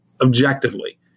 objectively